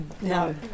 No